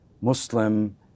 Muslim